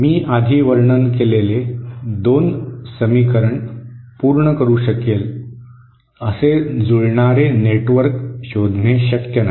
मी आधी वर्णन केलेले 2 समीकरण पूर्ण करू शकेल असे जुळणारे नेटवर्क शोधणे शक्य नाही